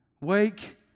Wake